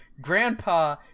grandpa